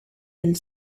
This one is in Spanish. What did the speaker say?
del